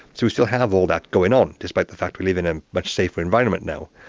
so we still have all that going on, despite the fact we live in a much safer environment now.